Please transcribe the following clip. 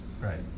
right